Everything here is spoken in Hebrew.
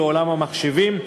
לעולם המחשבים.